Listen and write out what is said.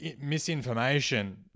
misinformation